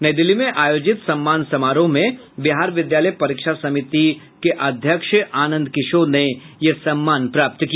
नई दिल्ली में आयोजित सम्मान समारोह में बिहार विद्यालय परीक्षा समिति के अध्यक्ष आनंद किशोर ने यह सम्मान प्राप्त किया